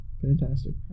fantastic